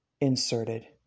inserted